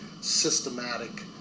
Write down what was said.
systematic